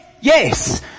yes